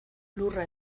lurra